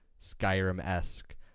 Skyrim-esque